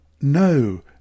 No